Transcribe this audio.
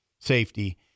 safety